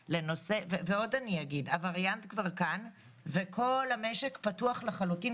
עוד אני אגיד: הווריאנט כבר כאן וכל המשק פתוח לחלוטין,